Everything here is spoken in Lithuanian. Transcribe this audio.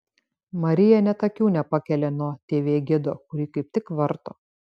marija net akių nepakelia nuo tv gido kurį kaip tik varto